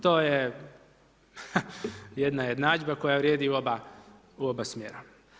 To je jedna jednadžba koja vrijedi u oba smjera.